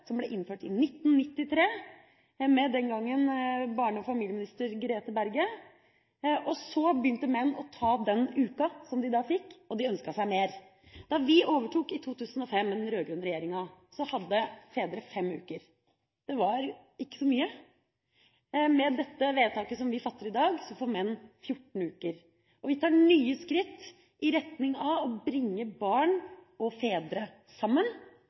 som ble innført i 1993 med daværende barne- og familieminister Grete Berget. Så begynte menn å ta den uka som de da fikk, og de ønsket seg mer. Da vi, den rød-grønne regjeringa, overtok i 2005, hadde fedre fem uker. Det var ikke så mye. Med dette vedtaket som vi fatter i dag, får menn 14 uker. Vi tar nye skritt i retning av å bringe barn og fedre sammen,